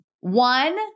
One